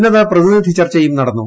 ഉന്നത പ്രതിനിധി ചർച്ചയും നടന്നു